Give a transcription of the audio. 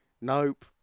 nope